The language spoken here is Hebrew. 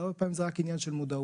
הרבה פעמים זה רק עניין של מודעות.